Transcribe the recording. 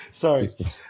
sorry